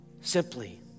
Simply